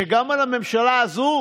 שגם על הממשלה הזאת